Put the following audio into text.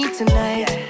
tonight